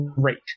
great